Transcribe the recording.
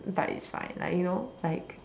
but it's fine like you know like